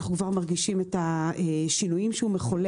אנחנו כבר מרגישים את השינויים שהוא מחולל,